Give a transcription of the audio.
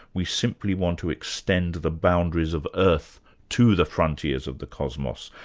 we simply want to extend the boundaries of earth to the frontiers of the cosmos.